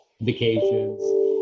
vacations